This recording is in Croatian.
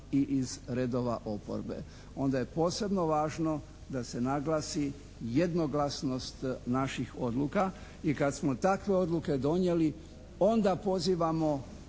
i iz redova oporbe. Onda je posebno važno da se naglasi jednoglasnost naših odluka i kad smo takve odluke donijeli onda pozivamo